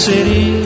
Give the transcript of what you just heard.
City